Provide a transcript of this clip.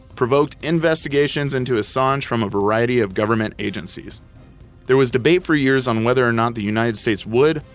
provoking investigations into assange from a variety of government agencies there was debate for years on whether or not the united states would,